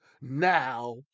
now